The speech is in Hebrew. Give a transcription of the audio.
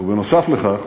ונוסף על כך,